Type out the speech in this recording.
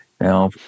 now